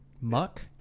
muck